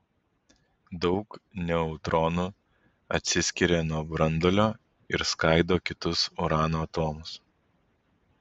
daug neutronų atsiskiria nuo branduolio ir skaido kitus urano atomus